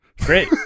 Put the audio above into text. Great